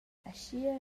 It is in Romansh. aschia